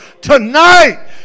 tonight